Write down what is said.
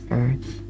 earth